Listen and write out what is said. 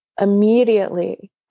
immediately